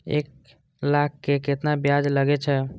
एक लाख के केतना ब्याज लगे छै?